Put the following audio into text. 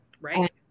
Right